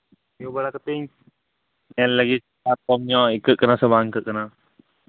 ᱧᱩ ᱵᱟᱲᱟ ᱠᱟᱛᱤᱧ ᱧᱮᱞ ᱞᱮᱜᱮ ᱠᱚᱢ ᱧᱚᱜ ᱟᱹᱭᱠᱟᱹᱜ ᱠᱟᱱᱟ ᱥᱮ ᱵᱟᱝ ᱟᱭᱠᱟᱹᱜ ᱠᱟᱱᱟ